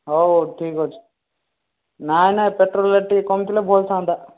ହଉ ହଉ ଠିକ୍ ଅଛି ନାଇଁ ନାଇଁ ପେଟ୍ରୋଲ୍ ରେଟ୍ ଟିକିଏ କମିଥିଲେ ଭଲଥାନ୍ତା